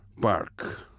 park